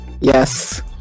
Yes